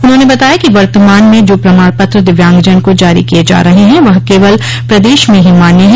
उन्होंने बताया कि वर्तमान में जो प्रमाण पत्र दिव्यांगजन को जारी किये जा रहे हैं वह केवल प्रदेश में ही मान्य है